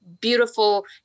beautiful